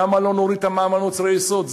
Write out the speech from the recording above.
למה שלא נוריד את המע"מ על מוצרי יסוד?